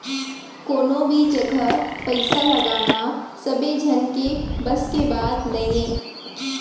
कोनो भी जघा पइसा लगाना सबे झन के बस के बात नइये